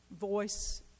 voice